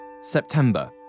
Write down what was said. September